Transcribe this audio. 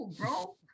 bro